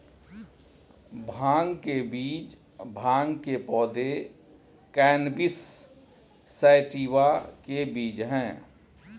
भांग के बीज भांग के पौधे, कैनबिस सैटिवा के बीज हैं